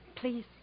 please